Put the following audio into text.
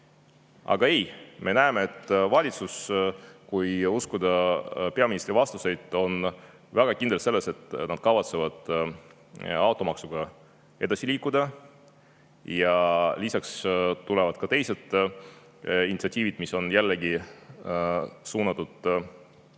Aga ei, me näeme, et valitsus, kui uskuda peaministri vastuseid, on väga kindel selles, et nad kavatsevad automaksuga edasi liikuda ja lisaks tulevad ka teised initsiatiivid, mis on samuti suunatud lihtsatelt